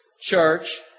church